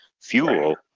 fuel